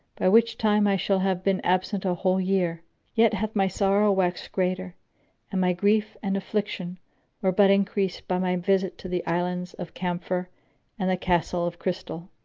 by which time i shall have been absent a whole year yet hath my sorrow waxed greater and my grief and affliction were but increased by my visit to the islands of camphor and the castle of crystal.